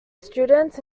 students